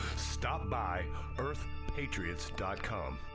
stop by earthpatriots com.